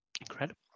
Incredible